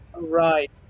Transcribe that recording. Right